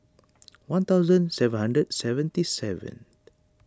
one thousand seven hundred seventy seven